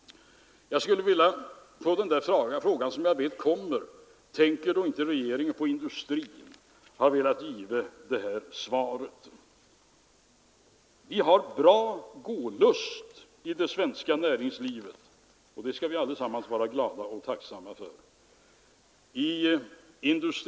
På den fråga som jag vet kommer — ”Tänker då regeringen inte på industrin?” — har jag velat ge detta svar. Vi har en bra gålust i det svenska näringslivet, och det skall vi allesammans vara glada och tacksamma för.